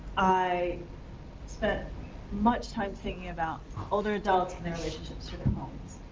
i spent much time thinking about older adults and their relationships to their homes.